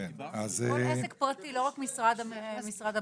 לכל עסק פרטי ולא רק משרד הבריאות.